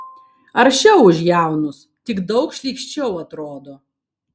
aršiau už jaunus tik daug šlykščiau atrodo